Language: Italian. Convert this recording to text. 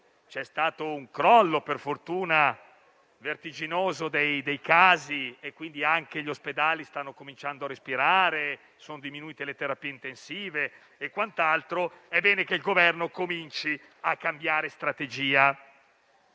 (c'è stato un crollo, per fortuna vertiginoso, dei casi, quindi gli ospedali stanno cominciando a respirare e sono diminuite le terapie intensive), è bene che il Governo cominci a cambiare strategia.